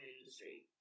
industry